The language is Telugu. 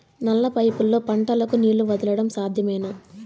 నల్ల పైపుల్లో పంటలకు నీళ్లు వదలడం సాధ్యమేనా?